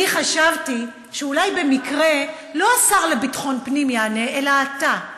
אני חשבתי שאולי במקרה לא השר לביטחון הפנים עונה אלא אתה,